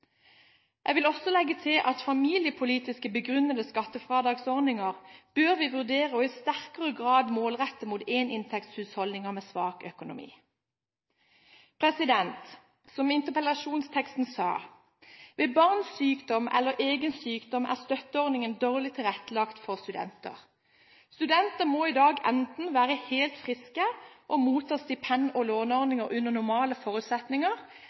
Jeg vil også legge til at familiepolitisk begrunnede skattefradragsordninger bør vi vurdere å målrette i sterkere grad mot en-inntektshusholdninger med svak økonomi. Og dessuten: Ved barns sykdom eller egen sykdom er støtteordningene dårlig tilrettelagt for studenter. I dag må studenter enten være helt friske og motta stipend og låneordninger under normale forutsetninger,